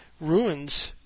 ruins